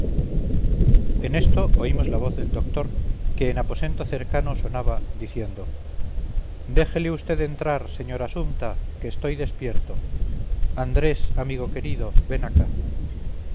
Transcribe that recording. en esto oímos la voz del doctor que en aposento cercano sonaba diciendo déjele usted entrar señora sumta que estoy despierto andrés amigo querido ven acá